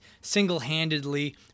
single-handedly